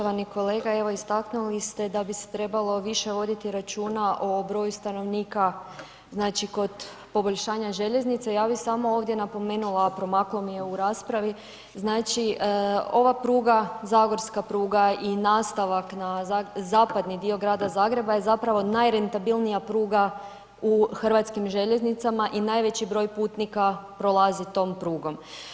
Poštovani kolega, evo istaknuli ste da bi se trebalo više voditi računa o broju stanovnika, znači kod poboljšanja željeznice ja bi samo ovdje napomenula, promaknulo mi je u raspravi, znači ova pruga, zagorska pruga i nastavak na zapadni dio Grada Zagreba je zapravo najrentabilnija pruga u hrvatskim željeznicama i najveći broj putnika prolazi tom prugom.